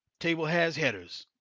table has headers.